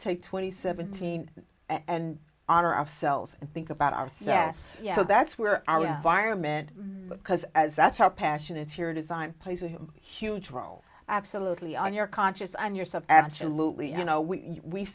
take twenty seventeen and honor ourselves and think about our success you know that's where our vironment because as that's how passionate your design plays a huge role absolutely on your conscious and yourself absolutely you know we